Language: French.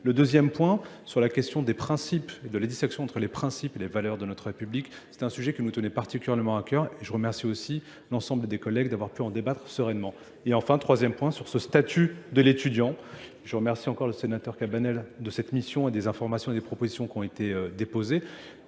Le deuxième point, sur la question des principes et de la dissection entre les principes et les valeurs de notre République, C'est un sujet qui nous tenait particulièrement à cœur et je remercie aussi l'ensemble des collègues d'avoir pu en débattre sereinement. Et enfin, troisième point, sur ce statut de l'étudiant, je remercie encore le sénateur Cabanel de cette mission et des informations et des propositions qui ont été déposées,